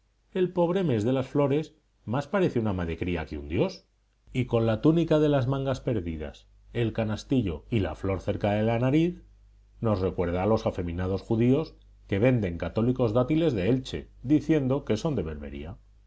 el pobre mes de las flores más parece un ama de cría que un dios y con la túnica de las mangas perdidas el canastillo y la flor cerca de la nariz nos recuerda a los afeminados judíos que venden católicos dátiles de elche diciendo que son de berbería